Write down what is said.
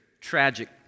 tragic